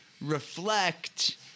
Reflect